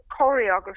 choreography